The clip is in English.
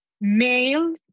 male